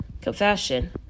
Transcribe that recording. Confession